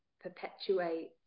perpetuate